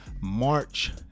March